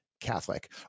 Catholic